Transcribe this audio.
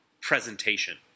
presentation